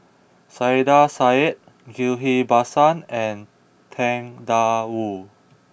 Saiedah Said Ghillie Basan and Tang Da Wu